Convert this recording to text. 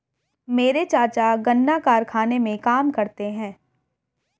मेरे चाचा गन्ना कारखाने में काम करते हैं